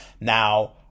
now